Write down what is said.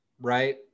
right